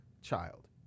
child